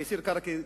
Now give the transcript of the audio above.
תייסיר קרקי,